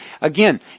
again